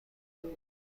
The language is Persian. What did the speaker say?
بدهید